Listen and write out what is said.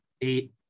eight